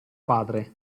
padre